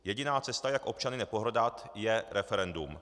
Jediná cesta, jak občany nepohrdat, je referendum.